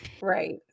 right